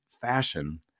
fashion